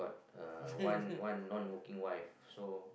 uh one one non working wife so